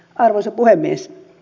arvoisa puhemies